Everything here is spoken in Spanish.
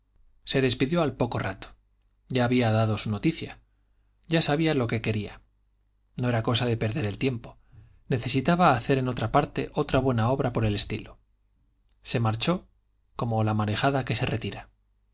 se despidió al poco rato ya había dado su noticia ya sabía lo que quería no era cosa de perder el tiempo necesitaba hacer en otra parte otra buena obra por el estilo se marchó como la marejada que se retira